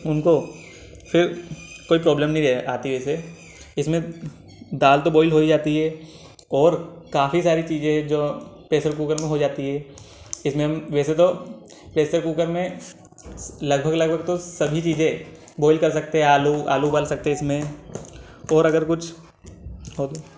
उनको फिर कोई प्रॉब्लम नहीं रहे आती है वैसे इसमें दाल तो बॉइल्ड हो ही जाती है और काफ़ी सारी चीज़ें है जो प्रेसर कुकर में हो जाती है इसमें हम वैसे तो प्रेसर कुकर में लगभग लगभग तो सभी चीज़ें बॉइल कर सकते आलू आलू उबाल सकते है इसमें और अगर कुछ हो तो